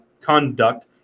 conduct